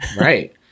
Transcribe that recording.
right